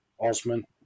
Osman